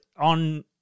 on